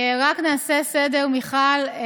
רק נעשה סדר, מיכל.